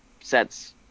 sets